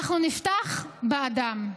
אנחנו נפתח באדם.